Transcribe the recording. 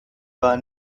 war